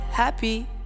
Happy